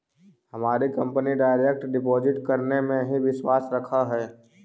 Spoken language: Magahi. हमारी कंपनी डायरेक्ट डिपॉजिट करने में ही विश्वास रखअ हई